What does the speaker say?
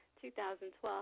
2012